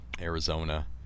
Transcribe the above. Arizona